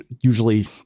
usually